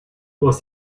was